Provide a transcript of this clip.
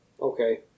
Okay